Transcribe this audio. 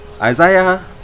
Isaiah